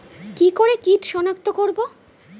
কি করে কিট শনাক্ত করব?